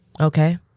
Okay